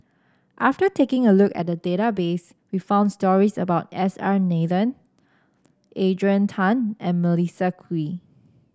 after taking a look at the database we found stories about S R Nathan Adrian Tan and Melissa Kwee